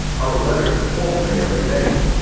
i wrote letters to former mayor ray nagin.